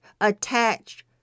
attached